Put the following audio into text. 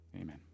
Amen